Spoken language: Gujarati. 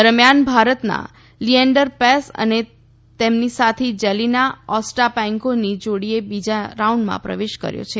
દરમિયાન ભારતના લીયેન્ડર પેસ અને તેમની સાથી જેલીના ઓસ્ટાપેન્કોની જોડીએ બીજા રાઉન્ડમાં પ્રવેશ કર્યો છે